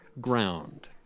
Ground